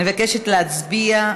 אני מבקשת להצביע.